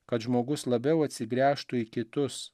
kad žmogus labiau atsigręžtų į kitus